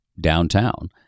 downtown